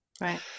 right